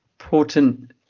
important